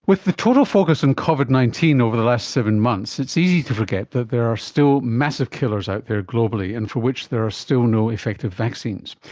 with the total focus on covid nineteen over the last seven months, it's easy to forget that there are still massive killers out there globally and for which there are still no effective vaccines.